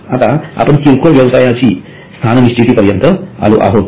आता आपण किरकोळ व्यवसायाची स्थाननिश्चिती पर्यंत आलो आहोत